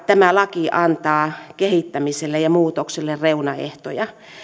tämä laki antaa kehittämiselle ja muutoksille reunaehtoja